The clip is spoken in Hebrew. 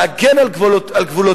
להגן על גבולותיה,